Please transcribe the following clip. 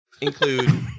include